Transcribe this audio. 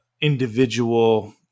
individual